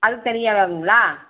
அதுக்கு தனியாக ஆகுங்களா